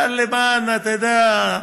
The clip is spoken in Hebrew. אבל, למען, אתה יודע,